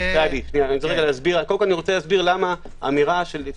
אני קודם רוצה להסביר למה האמירה של אם